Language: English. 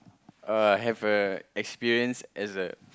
uh have a experience as a